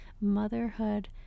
motherhood